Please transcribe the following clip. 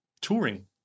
touring